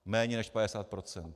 Méně než 50 %.